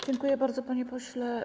Dziękuję bardzo, panie pośle.